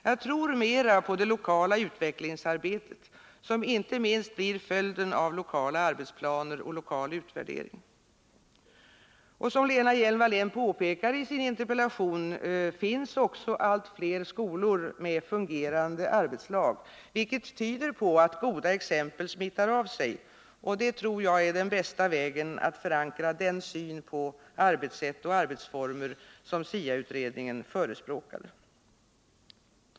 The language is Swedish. Jag tror mera på det lokala utvecklingsarbetet, som inte minst blir följden av lokala arbetsplaner och lokal utvärdering. Som Lena Hjelm-Wallén påpekar i sin interpellation finns det också allt fler skolor med fungerande arbetslag, vilket tyder på att goda exempel smittar av sig. Det tror jag är den bästa vägen att förankra den syn på arbetssätt och arbetsformer som SIA-utredningen förespråkade.